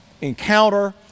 encounter